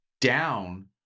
down